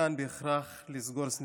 ביצוע צמצומים ומכאן בהכרח סגירת סניפים,